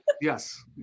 yes